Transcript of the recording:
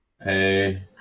Hey